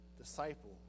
disciple